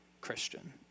Christian